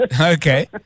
Okay